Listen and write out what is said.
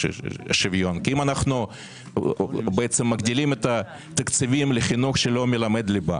כי אם אנו מגדילים את התקציבים לחינוך שלא מלמד ליבה,